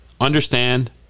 understand